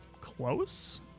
close